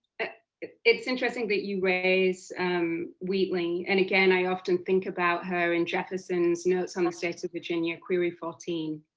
but it's it's interesting that you raise wheatley and again i often think about her in jefferson's notes in um state of virginia, query fourteen?